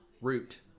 Root